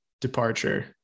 departure